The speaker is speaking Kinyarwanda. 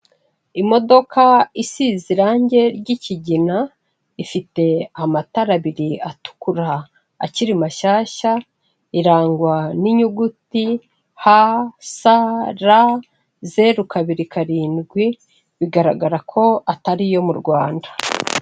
Imodoka isize irange ry'ikigina, ifite amatara abiri atukura akiri mashyashya, irangwa n'inyuguti HSR zeru, kabiri, karindwi, bigaragara ko atari iyo mu Rwanda.